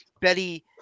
Betty